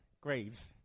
graves